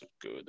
good